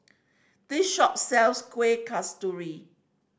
this shop sells Kuih Kasturi